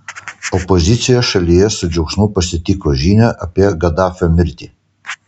opozicija šalyje su džiaugsmu pasitiko žinią apie gaddafio mirtį